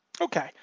Okay